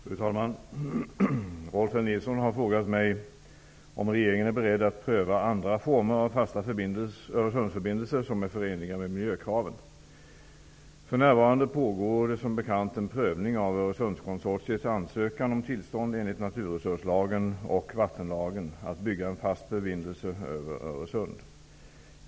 Fru talman! Rolf L Nilson har frågat mig om regeringen är beredd att pröva andra former av fasta Öresundsförbindelser som är förenliga med miljökraven. För närvarande pågår det som bekant en prövning av Öresundskonsortiets ansökan om tillstånd enligt naturresurslagen och vattenlagen att bygga en fast förbindelse över Öresund.